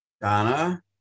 Donna